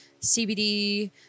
CBD